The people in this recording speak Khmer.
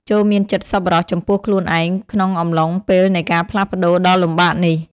ចូរមានចិត្តសប្បុរសចំពោះខ្លួនឯងក្នុងអំឡុងពេលនៃការផ្លាស់ប្តូរដ៏លំបាកនេះ។